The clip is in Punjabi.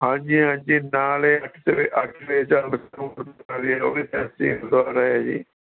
ਹਾਂਜੀ ਹਾਂਜੀ ਨਾਲ ਹੀ ਅੱਠ ਫੇਸ ਅੱਠ ਫੇਸ ਹੈ ਜੀ